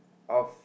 of